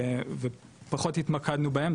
ופחות התמקדנו בהם,